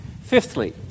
Fifthly